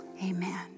Amen